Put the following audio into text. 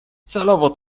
celowo